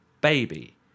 baby